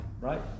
right